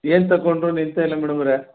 ಏನು ತಗೊಂಡ್ರೂ ನಿಲ್ತಾ ಇಲ್ಲ ಮೇಡಮವ್ರೆ